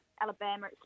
Alabama